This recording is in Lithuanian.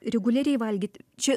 reguliariai valgyti čia